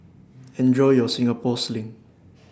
Enjoy your Singapore Sling